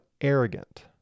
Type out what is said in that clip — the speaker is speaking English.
arrogant